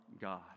God